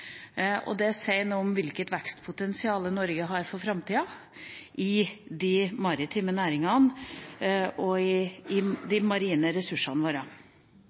Det sier noe om hvilket vekstpotensial Norge har for framtida i de maritime næringene og i de marine ressursene våre.